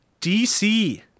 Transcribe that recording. dc